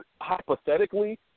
hypothetically